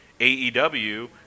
AEW